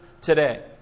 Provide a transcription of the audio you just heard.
today